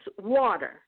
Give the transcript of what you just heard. water